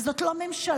וזאת לא ממשלה.